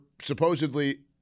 supposedly